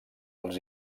els